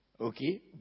okay